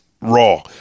raw